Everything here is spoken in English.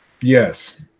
Yes